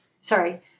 sorry